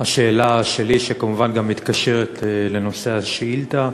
השאלה שלי, שכמובן מתקשרת לנושא השאילתה.